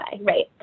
right